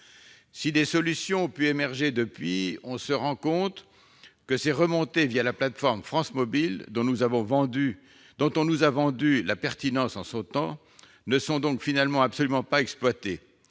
Si des solutions ont pu émerger depuis lors, on se rend compte que ces remontées la plateforme France Mobile, dont on nous a vendu la pertinence en son temps, ne sont donc finalement pas exploitées